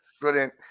brilliant